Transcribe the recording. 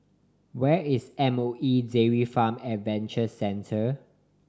where is M O E Dairy Farm Adventure Centre